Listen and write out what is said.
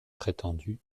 prétendu